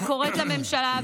אני קוראת לממשלה,